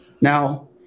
Now